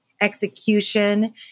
execution